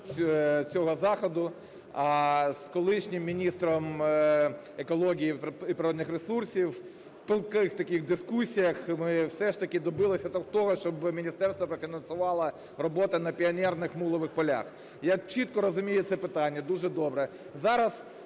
цього заходу, а з колишнім міністром екології і природних ресурсів у палких таких дискусіях ми все ж таки добилися того, щоб міністерство профінансувало роботу на "піонерних" мулових полях. Я чітко розумію це питання, дуже добре,